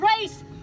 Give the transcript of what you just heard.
race